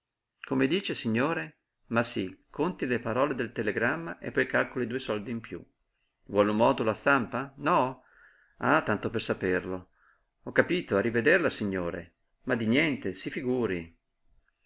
come dice signore ma sí conti le parole del telegramma e poi calcoli due soldi di piú vuole un modulo a stampa no ah tanto per saperlo ho capito a rivederla signore ma di niente si figuri